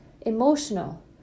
emotional